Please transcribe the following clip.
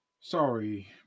Sorry